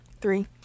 three